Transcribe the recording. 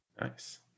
Nice